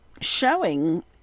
showing